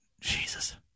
Jesus